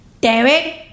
David